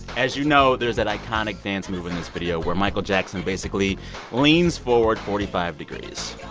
as you know, there's that iconic dance move in this video where michael jackson basically leans forward forty five degrees.